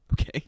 Okay